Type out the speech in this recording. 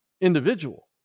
individual